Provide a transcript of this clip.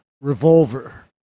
revolver